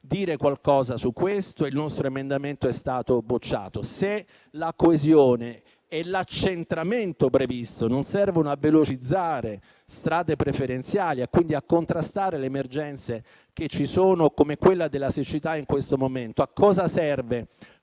dire qualcosa su questo e il nostro emendamento è stato bocciato? Se la coesione e l'accentramento previsti non servono a velocizzare strade preferenziali e quindi a contrastare le emergenze che ci sono come quella della siccità in questo momento, a cosa serve